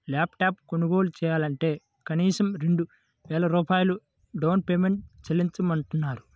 lap top కొనుగోలు చెయ్యాలంటే కనీసం రెండు వేల రూపాయలు డౌన్ పేమెంట్ చెల్లించమన్నారు